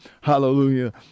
hallelujah